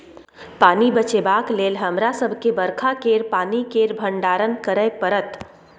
पानि बचेबाक लेल हमरा सबके बरखा केर पानि केर भंडारण करय परत